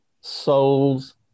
souls